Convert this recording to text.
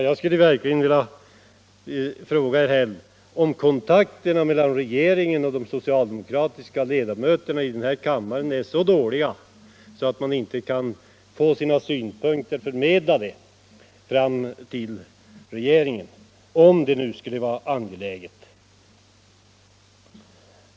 Jag skulle verkligen vilja fråga herr Häll, om kontakterna mellan regeriangen och de socialdemokratiska ledamöterna i kammaren är så dåliga, att dessa ledamöter inte kan få sina synpunkter förmedlade till regeringen, om så skulle vara angeläget.